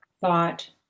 thought